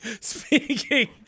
Speaking